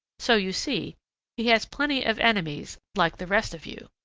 so you see he has plenty of enemies, like the rest of you.